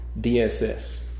dss